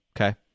okay